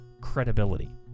credibility